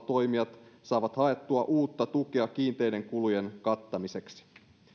toimijat saavat haettua uutta tukea kiinteiden kulujen kattamiseksi